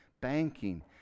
banking